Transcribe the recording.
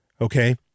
Okay